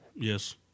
Yes